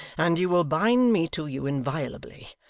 and you will bind me to you inviolably.